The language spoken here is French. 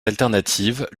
alternatives